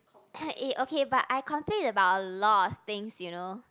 eh okay but I complain about a lot of things you know